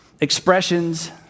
expressions